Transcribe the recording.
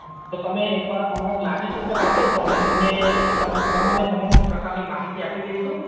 હમ તો તમે એક વાર અમારા કલાસીસ ઉપર આવશો તો અમે તમને તમા તમામે તમામ પ્રકારની માહિતી આપી દઈશું